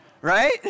Right